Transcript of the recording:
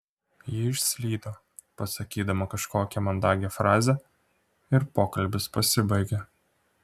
ji išslydo pasakydama kažkokią mandagią frazę ir pokalbis pasibaigė